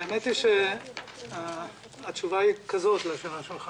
התשובה לשאלה שלך